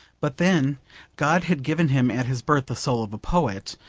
but then god had given him at his birth the soul of a poet,